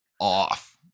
off